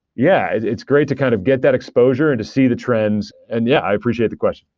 yeah, it's great to kind of get that exposure and to see the trends. and yeah, i appreciate the questions.